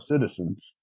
citizens